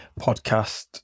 podcast